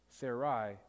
Sarai